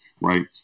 Right